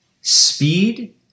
speed